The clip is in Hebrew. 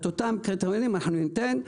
אותם קריטריונים ניתן,